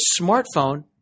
smartphone